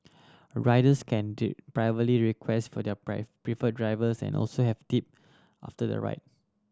riders can do privately request for their preferred drivers and also have tip after the ride